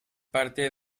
parte